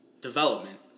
development